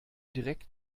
direkt